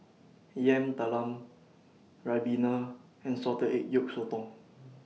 Yam Talam Ribena and Salted Egg Yolk Sotong